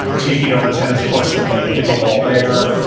taking over tennis courts and playing pickleball there.